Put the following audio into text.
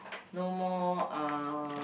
no more uh